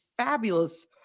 fabulous